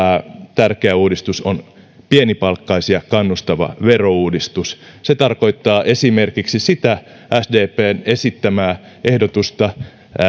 tärkeä uudistus on pienipalkkaisia kannustava verouudistus se tarkoittaa esimerkiksi sdpn esittämää ehdotusta